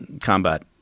combat